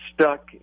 stuck